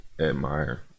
admire